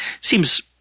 Seems –